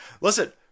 Listen